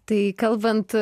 tai kalbant